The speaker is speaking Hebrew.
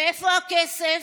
ואיפה הכסף?